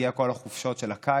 הגיעו כל החופשות של הקיץ,